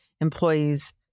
employees